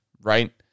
right